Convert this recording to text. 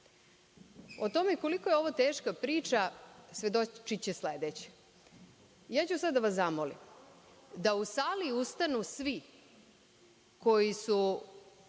O tome koliko je ovo teška priča svedočiće sledeće. Ja ću sada da vas zamolim da u sali ustanu svi koji su